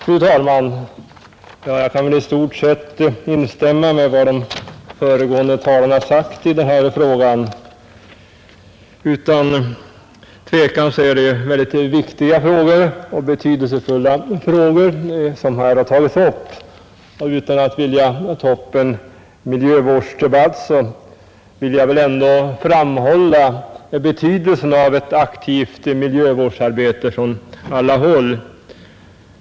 Fru talman! Jag kan i stort sett instämma med vad de föregående talarna har anfört i denna fråga. Utan tvekan är det mycket viktiga och betydelsefulla frågor som här har tagits upp. Jag skall inte dra i gång en miljövårdsdebatt här, men jag vill ändå framhålla betydelsen av ett aktivt miljövårdsarbete från alla håll.